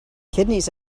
kidneys